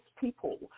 people